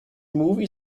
movie